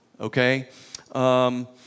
Okay